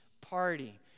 party